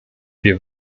wir